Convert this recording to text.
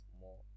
more